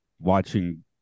Watching